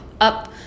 up